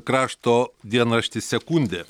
krašto dienraštis sekundė